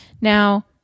Now